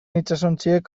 itsasontziek